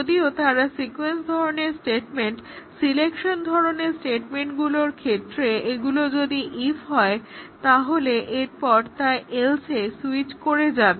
যদিও তারা সিক্যুয়েন্স ধরণের স্টেটমেন্ট সিলেকশন ধরণের স্টেটেমেন্টগুলোর ক্ষেত্রে এগুলো যদি ইফ হয় তাহলে এরপর তা এলস এ সুইচ করে যাবে